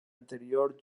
anterior